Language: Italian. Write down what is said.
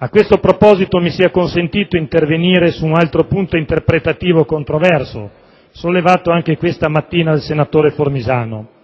A questo proposito, mi sia consentito intervenire su un altro punto interpretativo controverso, sollevato anche stamattina dal senatore Formisano,